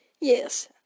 Yes